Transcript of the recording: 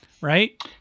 Right